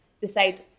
decide